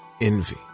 envy